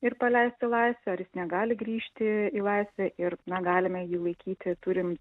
ir paleist į laisvę ar jis negali grįžti į laisvę ir na galime jį laikyti turim